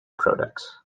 products